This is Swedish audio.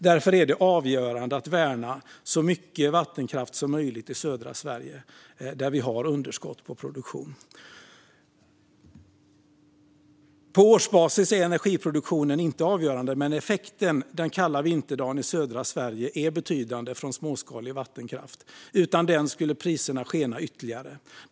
Därför är det avgörande att värna så mycket vattenkraft som möjligt i södra Sverige, där vi har underskott på produktion. På årsbasis är energiproduktionen inte avgörande, men effekten från småskalig vattenkraft är betydande en kall vinterdag i södra Sverige. Utan den skulle priserna skena ytterligare.